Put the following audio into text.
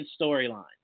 storyline